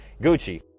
Gucci